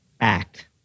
act